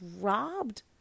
robbed